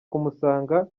kumusanga